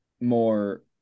more